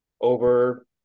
over